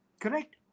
correct